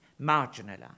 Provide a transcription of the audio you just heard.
marginalised